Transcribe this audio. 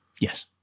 Yes